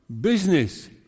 business